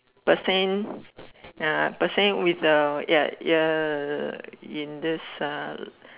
percent uh percent with a ya ya ya in this uh